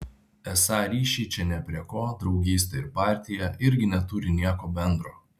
esą ryšiai čia nė prie ko draugystė ir partija irgi neturi nieko bendro